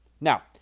Now